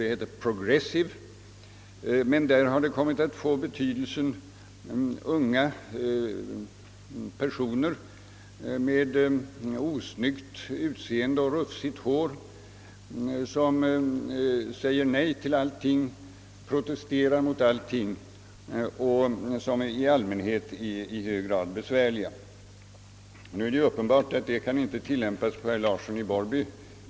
Ordet är »progressive» och har kommit att få bibetydelsen unga personer med osnyggt utseende och rufsigt hår som säger nej till allting, protesterar mot allting och som i allmänhet är i hög grad besvärliga. Detta kan ju uppenbarligen inte tillämpas på herr Larsson i Borrby.